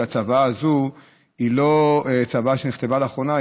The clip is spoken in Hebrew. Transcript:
שהצוואה הזאת היא לא צוואה שנכתבה לאחרונה,